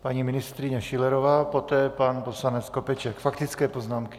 Paní ministryně Schillerová, poté pan poslanec Skopeček, faktické poznámky.